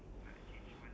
ya